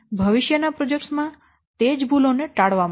ભવિષ્યના પ્રોજેક્ટ્સ માં તે જ ભૂલોને ટાળવા માટે